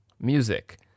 Music